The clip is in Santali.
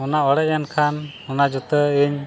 ᱚᱱᱟ ᱚᱲᱮᱡ ᱮᱱᱠᱷᱟᱱ ᱚᱱᱟ ᱡᱩᱛᱟᱹ ᱤᱧ